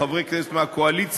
חברי כנסת מהקואליציה,